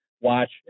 watch